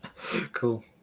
cool